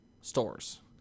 stores